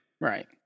right